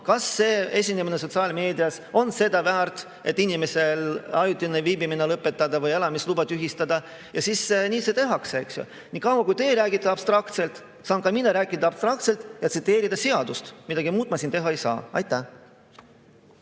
kas see esinemine sotsiaalmeedias on seda väärt, et inimesel ajutine Eestis viibimine lõpetada või tema elamisluba tühistada. Nii seda tehakse, eks ju. Niikaua kui te räägite abstraktselt, saan ka mina rääkida abstraktselt ja tsiteerida seadust. Midagi muud ma siin teha ei saa. Aitäh,